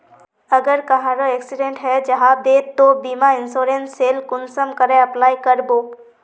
अगर कहारो एक्सीडेंट है जाहा बे तो बीमा इंश्योरेंस सेल कुंसम करे अप्लाई कर बो?